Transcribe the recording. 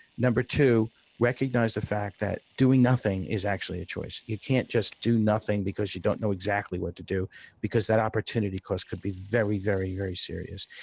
two recognize the fact that doing nothing is actually a choice. you can't just do nothing because you don't know exactly what to do because that opportunity cost could be very, very, very serious.